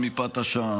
בקצרה, מפאת השעה.